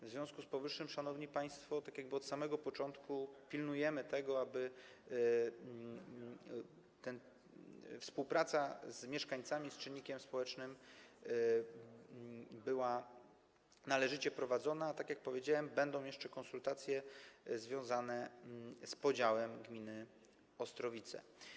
W związku z powyższym, szanowni państwo, od samego początku pilnujemy tego, aby współpraca z mieszkańcami, z czynnikiem społecznym była należycie prowadzona, a tak jak powiedziałem, będą jeszcze konsultacje związane z podziałem gminy Ostrowice.